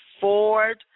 Ford